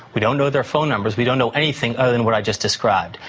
we don't know their phone numbers, we don't know anything other than what i just described.